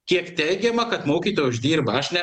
kiek teigiama kad mokytojai uždirba aš ne